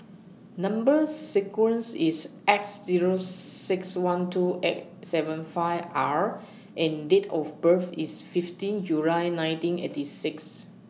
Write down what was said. Number sequence IS X Zero six one two eight seven five R and Date of birth IS fifteen July nineteen eighty six